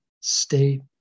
state